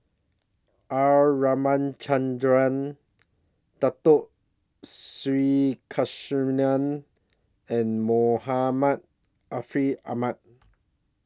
R Ramachandran Dato Sri Krishna and Muhammad Ariff Ahmad